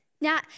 Now